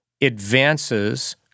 advances